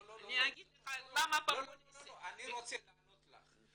לא, אני רוצה לענות לך.